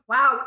Wow